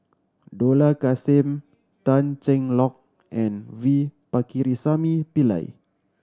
Dollah Kassim Tan Cheng Lock and V Pakirisamy Pillai